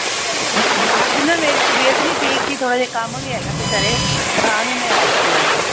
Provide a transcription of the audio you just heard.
ਅੱਛਾ ਅੱਜ ਨਾ ਮੇਰੀ ਤਬੀਅਤ ਨਹੀਂ ਠੀਕ ਸੀ ਥੋੜ੍ਹਾ ਜਿਹਾ ਕੰਮ ਵੀ ਹੈਗਾ ਸੀ ਘਰੇ ਤਾਂ ਨਹੀਂ ਮੈਂ ਆਈ ਸੀ ਅੱਜ